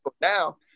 now